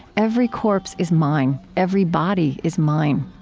every corpse is mine every body is mine.